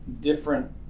different